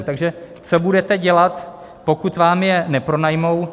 Takže co budete dělat, pokud vám je nepronajmou.